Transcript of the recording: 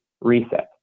reset